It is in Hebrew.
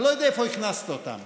אני לא יודע איפה הכנסת אותם,